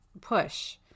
push